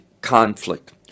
conflict